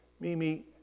Mimi